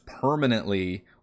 permanently